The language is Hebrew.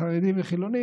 חרדים וחילונים.